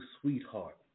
sweetheart